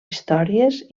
històries